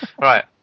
Right